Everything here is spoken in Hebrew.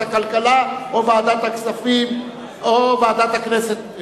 הכלכלה או ועדת הכספים או ועדת הכנסת.